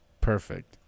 Perfect